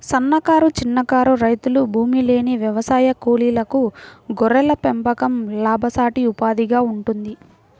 సన్నకారు, చిన్నకారు రైతులు, భూమిలేని వ్యవసాయ కూలీలకు గొర్రెల పెంపకం లాభసాటి ఉపాధిగా ఉంటుంది